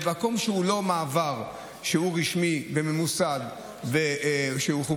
במקום שהוא לא מעבר שהוא רשמי וממוסד וחוקי,